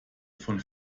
von